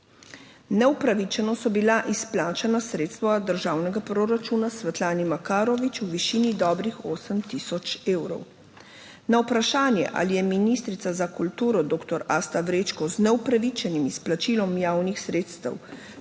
Neupravičeno so bila izplačana sredstva državnega proračuna Svetlani Makarovič v višini dobrih 8 tisoč evrov. Na vprašanje, ali je ministrica za kulturo doktor Asta Vrečko z neupravičenim izplačilom javnih sredstev